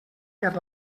per